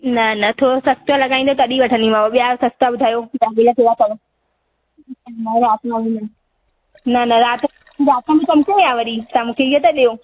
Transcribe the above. न न थोरो सस्तो लॻाईंदो तॾी वठंदीमांव ॿिया सस्ता ॿुधायो ॿिया गुल कहिड़ा अथव न रात अघु में न न राति में राति में तंग कया या वरी तां मूंखे इहे था ॾियो